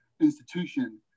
institution